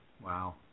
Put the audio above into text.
Wow